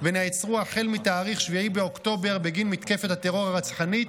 ונעצרו החל ב-7 באוקטובר בגין מתקפת הטרור הרצחנית,